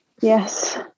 yes